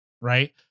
right